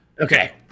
Okay